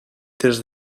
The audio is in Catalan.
des